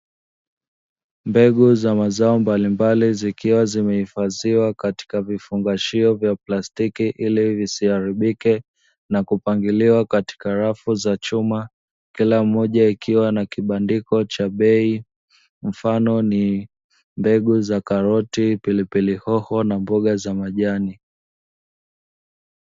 Mbegu za mazao mbalimbali, zikiwa zimehifadhiwa katika vifungashio vya plastiki ili zisiharibike, na kupangiliwa katika rafu za chuma, kila moja ikiwa na kibandiko cha bei, mfano ni mbegu za karoti, pilipili hoho na mboga za majani.